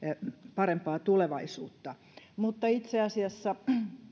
parempaa tulevaisuutta mutta itse asiassa